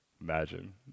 Imagine